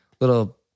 little